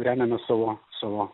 remiamės savo savo